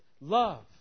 love